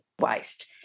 waste